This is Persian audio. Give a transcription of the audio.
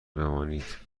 بمانید